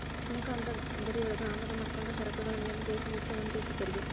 ಸುಂಕ ಅಂದ್ರ ಗಡಿಯೊಳಗ ಆಮದ ಮಾಡ್ಕೊಂಡ ಸರಕುಗಳ ಮ್ಯಾಲೆ ದೇಶ ವಿಧಿಸೊ ಒಂದ ರೇತಿ ತೆರಿಗಿ